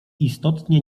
istotnie